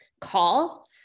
call